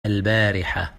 البارحة